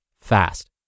fast